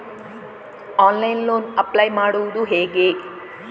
Online loan apply ಮಾಡುವುದು ಹೇಗೆ?